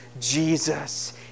Jesus